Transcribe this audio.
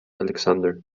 alexander